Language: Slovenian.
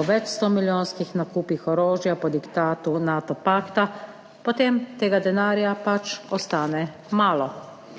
o več sto milijonskih nakupih orožja po diktatu Nato pakta, potem tega denarja pač ostane malo.